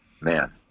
Man